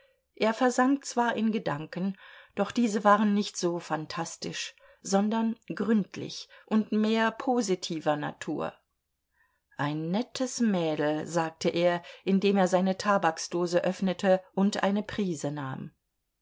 er versank zwar in gedanken doch diese waren nicht so phantastisch sondern gründlich und mehr positiver natur ein nettes mädel sagte er indem er seine tabaksdose öffnete und eine prise nahm